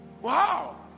Wow